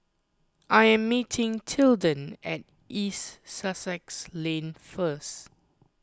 I am meeting Tilden at East Sussex Lane first